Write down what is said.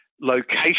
location